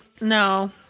no